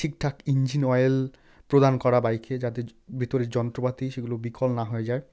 ঠিকঠাক engine oil প্রদান করা বাইকে যাতে ভিতরের যন্ত্রপাতি সেগুলো বিকল না হয়ে যায়